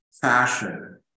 fashion